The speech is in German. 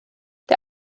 der